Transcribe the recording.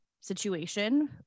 situation